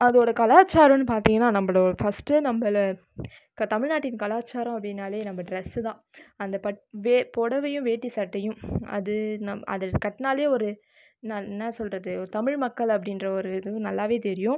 அதோட கலாச்சாரம்னு பார்த்திங்கனா நம்மளோட ஃபர்ஸ்ட் நம்பள தமிழ்நாடின் கலாச்சாரம் அப்படினாலே நம்ப டிரஸ் அந்த பட் வே புடவையும் வேட்டி சட்டையும் அது கட்டினாலே ஒரு நான் என்ன சொல்வது ஒரு தமிழ் மக்கள் அப்படின்ற ஒரு இது நல்லாவே தெரியும்